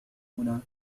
هنا